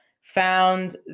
found